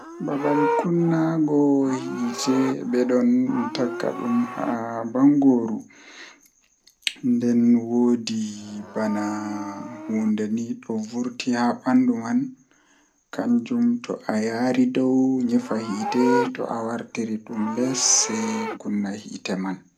Eh woodi wuro mi mwdi yahugo bedon wiya wuro man rivers bedon wiya dum patakot ndemi yahi babal man weli am masin ngam mi tawi hundeeji duddun jei mi laaran mi laari dum bo weli am masin mi tammai mi laaran bo.